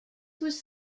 was